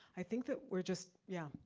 i think that we're just, yeah,